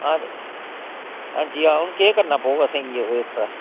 हां ते हंजी हां हून केह् करना पौह्ग असें गी उसदा